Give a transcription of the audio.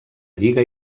lliga